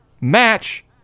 match